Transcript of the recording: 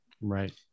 Right